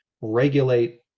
regulate